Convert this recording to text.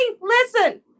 listen